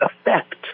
effect